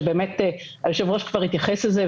שבאמת היושב-ראש כבר התייחס לזה,